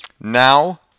Now